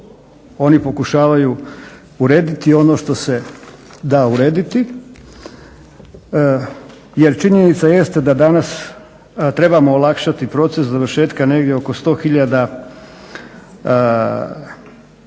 Oni pokušavaju urediti ono što se da urediti jer činjenica jeste da danas trebamo olakšati proces završetka negdje oko 100 tisuća